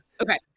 Okay